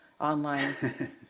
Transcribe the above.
online